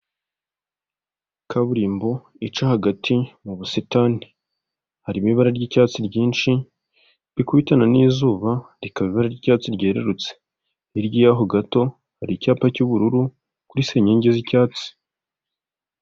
Kaburimbo ica hagati mu busitani, harimo ibara ry'icyatsi ryinshi rikubitana n'izuba rika ibara ry'icyatsi ryerurutse, hirya yaho gato hari icyapa cy'ubururu kuri senyenge z'icyatsi.